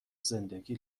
زندگی